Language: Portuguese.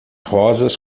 rosas